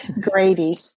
Grady